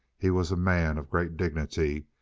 he was a man of great dignity.